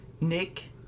Nick